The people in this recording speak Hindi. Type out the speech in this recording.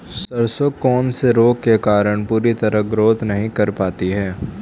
सरसों कौन से रोग के कारण पूरी तरह ग्रोथ नहीं कर पाती है?